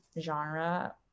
genre